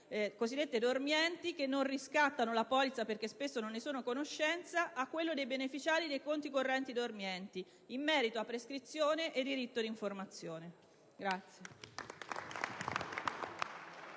cosiddette dormienti che non riscattano la polizza perché spesso non ne sono a conoscenza, a quello dei beneficiari dei conti correnti dormienti, in merito a prescrizione e diritto di informazione. Signora